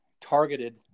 targeted